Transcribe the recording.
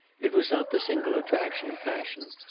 it was not the single attraction of passion,